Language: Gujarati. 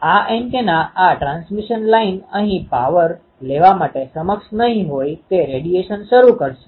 આ એન્ટેના આ ટ્રાન્સમિશન લાઇન અહીં પાવર power વીજળી લેવા માટે સક્ષમ નહીં હોય તે રેડીએશન શરૂ કરશે